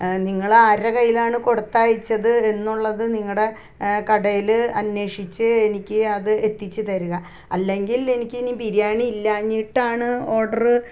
നിങ്ങൾ ആരുടെ കയ്യിലാണ് കൊടുത്തയച്ചത് എന്നുള്ളത് നിങ്ങളുടെ കടയിൽ അന്വേഷിച്ച് എനിക്ക് അത് എത്തിച്ച് തരുക അല്ലെങ്കിൽ എനിക്ക് ഇനി ബിരിയാണി ഇല്ലാഞ്ഞിട്ടാണ് ഓർഡർ